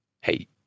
hey